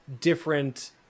different